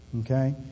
okay